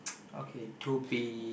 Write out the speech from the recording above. okay to be